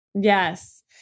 Yes